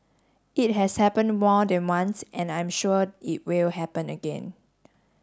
it has happened more than once and I'm sure it will happen again